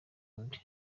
wundi